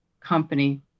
company